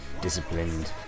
disciplined